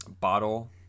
bottle